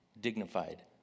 dignified